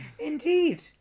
Indeed